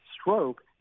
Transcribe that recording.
stroke